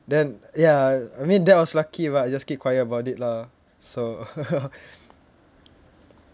then ya I mean that was lucky but I just kept quiet about it lah so